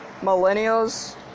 millennials